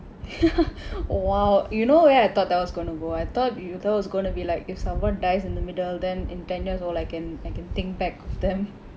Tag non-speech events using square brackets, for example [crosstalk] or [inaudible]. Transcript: [laughs] !wow! you know where I thought that was gonna go I thought you that was gonna be like if someone dies in the middle then in ten years old I can I can think back of them